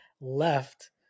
left